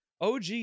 og